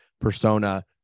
persona